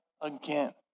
again